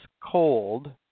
cold